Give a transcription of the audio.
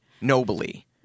nobly